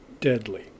deadly